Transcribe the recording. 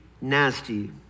nasty